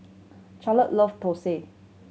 Charlotte love thosai